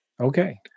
Okay